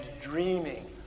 dreaming